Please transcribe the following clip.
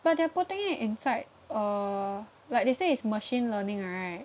but they're putting it inside uh like they say it's machine learning right